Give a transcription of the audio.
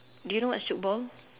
do you know what's tchoukball